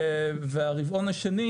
ולגבי הרבעון השני